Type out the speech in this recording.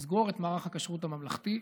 לסגור את מערך הכשרות הממלכתי,